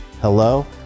hello